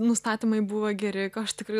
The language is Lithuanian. nustatymai buvo geri ko aš tikrai